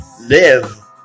Live